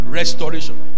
restoration